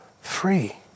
Free